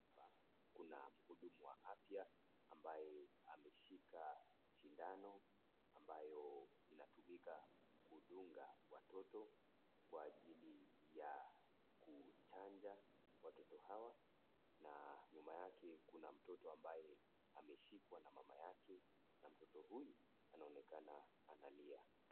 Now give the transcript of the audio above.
Hapa kuna mhudumu wa afya ambaye ameshika sindano ambayo inatumika kudunga watoto kwa ajili ya kuchanja watoto hawa na nyuma yake kuna mtoto ambaye ameshikwa na mama yake, na mtoto huyu anaonekana analia.